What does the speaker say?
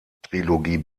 trilogie